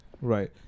Right